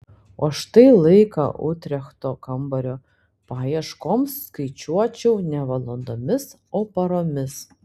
o štai laiką utrechto kambario paieškoms skaičiuočiau ne valandomis o paromis